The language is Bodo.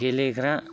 गेलेग्रा